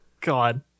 God